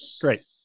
Great